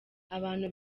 abantu